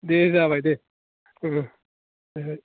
दे जाबाय दे